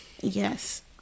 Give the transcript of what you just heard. yes